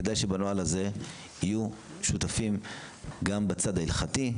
כדי שבנוהל הזה יהיו שותפים גם בצד ההלכתי,